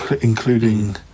including